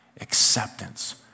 acceptance